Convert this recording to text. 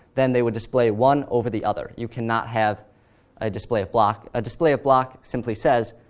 then they would display one over the other. you cannot have a display of block. a display of block simply says,